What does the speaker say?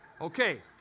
Okay